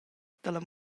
dalla